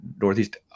Northeast